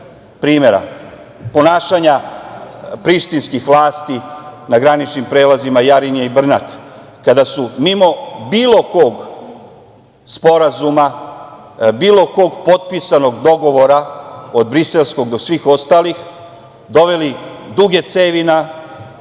primera ponašanja prištinskih vlasti na graničnim prelazima Jarinje i Brnak, kada su mimo bilo kog sporazuma, bilo kog potpisanog dogovora, od Briselskog do svih ostalih, doveli duge cevi na